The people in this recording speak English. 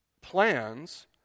plans